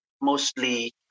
mostly